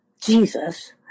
Jesus